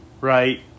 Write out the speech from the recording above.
Right